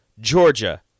Georgia